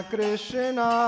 Krishna